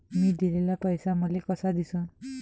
मी दिलेला पैसा मले कसा दिसन?